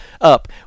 up